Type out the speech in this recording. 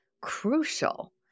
crucial